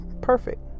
Perfect